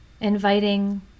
Inviting